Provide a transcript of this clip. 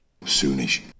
Soonish